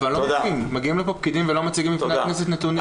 אבל מגיעים לפה פקידים ולא מציגים לחברי הכנסת נתונים.